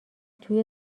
توی